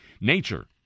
Nature